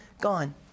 gone